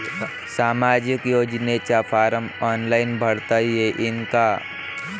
सामाजिक योजनेचा form online भरता येईन का?